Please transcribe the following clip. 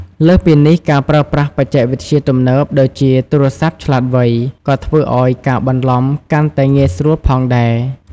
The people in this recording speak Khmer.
លើសពីនេះ ការប្រើប្រាស់បច្ចេកវិទ្យាទំនើបដូចជាទូរស័ព្ទឆ្លាតវៃ ក៏ធ្វើឱ្យការបន្លំកាន់តែងាយស្រួលផងដែរ។